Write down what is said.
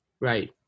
Right